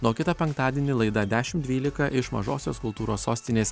na o kitą penktadienį laidą dešimt dvylika iš mažosios kultūros sostinės